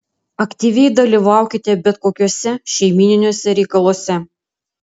aktyviai dalyvaukite bet kokiuose šeimyniniuose reikaluose